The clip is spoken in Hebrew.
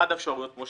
אחת האפשרויות היא